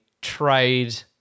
trade